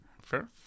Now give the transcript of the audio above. Fair